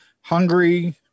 hungry